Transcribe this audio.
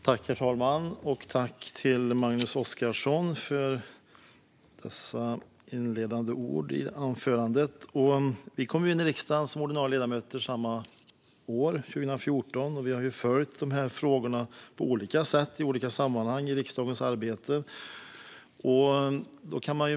Herr talman! Jag tackar Magnus Oscarsson för hans anförande. Vi kom in i riksdagen som ordinarie ledamöter samma år, 2014, och vi har följt frågorna på olika sätt i olika sammanhang i riksdagens arbete.